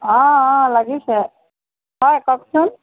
অঁ অঁ লাগিছে হয় কওকচোন